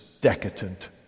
decadent